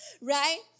right